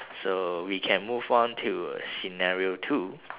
so we can move on to scenario two